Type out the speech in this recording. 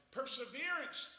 perseverance